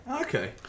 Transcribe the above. Okay